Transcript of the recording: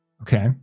Okay